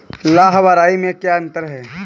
लाह व राई में क्या अंतर है?